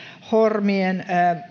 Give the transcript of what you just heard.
hormien